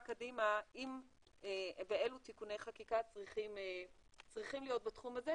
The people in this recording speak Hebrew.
קדימה אם ואילו תיקוני חקיקה צריכים להיות בתחום הזה,